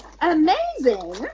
amazing